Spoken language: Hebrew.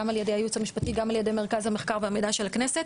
גם על ידי הייעוץ המשפטי וגם על ידי מרכז המחקר והמידע של הכנסת.